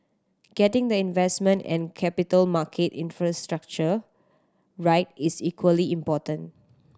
getting the investment and capital market infrastructure right is equally important